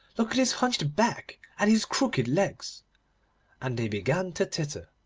look at his hunched back, and his crooked legs and they began to titter.